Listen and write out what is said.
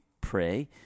pray